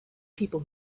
people